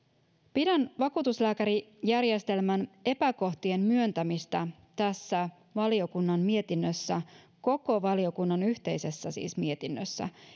pidän vakuutuslääkärijärjestelmän epäkohtien myöntämistä tässä valiokunnan mietinnössä siis koko valiokunnan yhteisessä mietinnössä